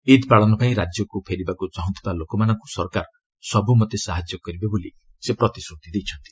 ଇଦ୍ ପାଳନ ପାଇଁ ରାଜ୍ୟକୁ ଫେରିବାକୁ ଚାହୁଁଥିବା ଲୋକମାନଙ୍କୁ ସରକାର ସବୁମତେ ସାହାଯ୍ୟ କରିବେ ବୋଲି ସେ ପ୍ରତିଶ୍ରତି ଦେଇଛନ୍ତି